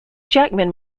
jackman